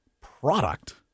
product